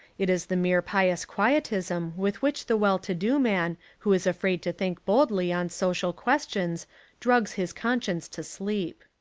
it is the mere pious quietism with which the well to-do man who is afraid to think boldly on so cial questions drugs his conscience to sleep.